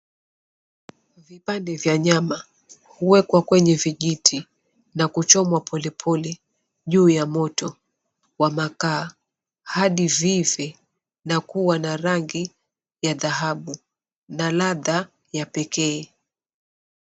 Vipande vya nyama huwekwa kwenye vijiti na kuchomwa polepole juu ya moto wa makaa hadi viive na kuwa na rangi ya dhahabu na ladha ya pekee.